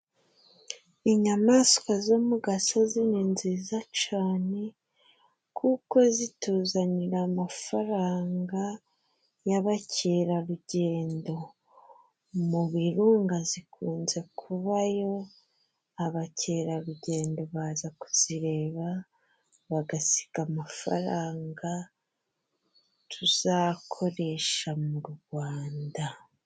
Inyamaswa zo mu gasozi ni nziza cane kuko zituzanira amafaranga y'abakerarugendo, mu birunga zikunze kubayo, abakerarugendo baza kuzireba, bagasiga amafaranga tuzakoresha mu Rwanda.